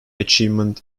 achievement